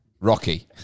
Rocky